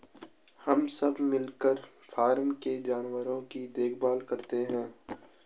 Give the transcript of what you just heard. हम सब मिलकर फॉर्म के जानवरों की देखभाल करते हैं